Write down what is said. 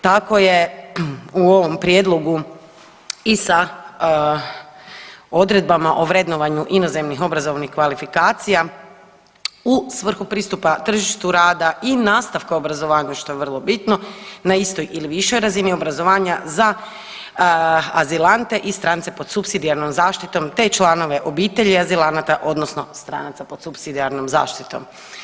Tako je u ovom prijedlogu i sa odredbama o vrednovanju inozemnih obrazovnih kvalifikacija u svrhu pristupa tržištu rada i nastavka obrazovanja što je vrlo bitno na istoj ili višoj razini obrazovanja za azilante i strance pod supsidijarnom zaštitom te članove obitelji azilanata odnosno stranaca pod supsidijarnom zaštitom.